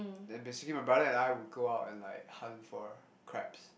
then basically my brother and I we go out and like hunt for crabs